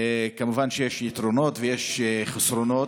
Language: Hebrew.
כמובן שיש יתרונות ויש חסרונות,